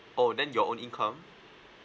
oh then your own income